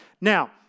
Now